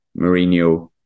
Mourinho